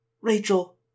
Rachel